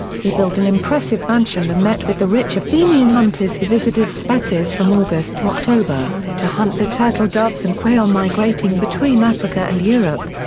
he built an impressive mansion and met with the rich athenian hunters who visited spetses from august to october, to hunt the turtledoves and quail migrating between africa and europe.